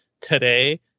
today